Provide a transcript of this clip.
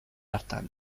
hartan